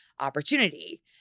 opportunity